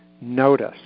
Notice